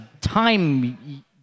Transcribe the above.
time